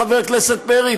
חבר הכנסת פרי,